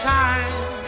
time